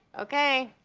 ok.